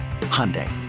Hyundai